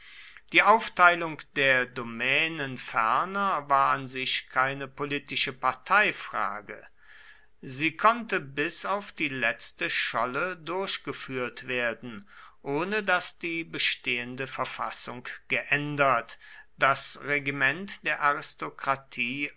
die aufteilung der domänen ferner war an sich keine politische parteifrage sie konnte bis auf die letzte scholle durchgeführt werden ohne daß die bestehende verfassung geändert das regiment der aristokratie